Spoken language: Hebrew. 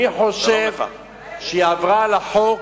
אני חושב שהיא עברה על החוק,